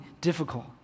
difficult